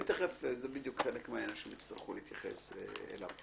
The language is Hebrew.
אני חושב שאת הסכום והמדרג צריך לעגן כאן בהסדר המוצע.